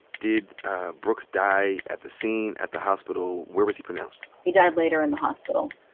did brooks die at the scene, at the hospital? where was he pronounced? he died later in the hospital.